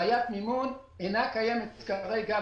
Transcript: בעיית מימון אינה קיימת כרגע,